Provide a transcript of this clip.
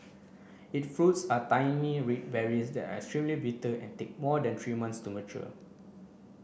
it fruits are tiny red berries that are extremely bitter and take more than three month to mature